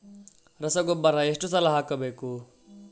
ರಸಗೊಬ್ಬರ ಎಷ್ಟು ಸಲ ಹಾಕಬೇಕು?